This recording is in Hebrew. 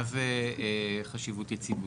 מה זה חשיבות יציבותית?